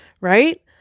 right